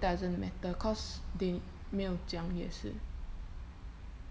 doesn't matter cause they 没有讲也是